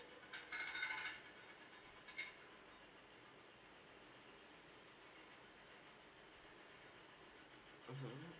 mmhmm